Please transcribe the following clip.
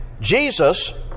Jesus